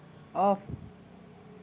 off